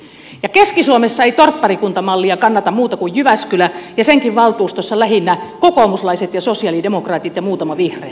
ja keski suomessa ei torpparikuntamallia kannata muut kuin jyväskylä ja senkin valtuustossa lähinnä kokoomuslaiset ja sosialidemokraatit ja muutama vihreä